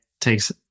takes